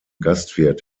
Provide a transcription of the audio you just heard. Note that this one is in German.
gastwirt